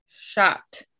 shot